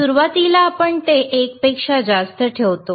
सुरुवातीला आपण ते 1 पेक्षा जास्त ठेवतो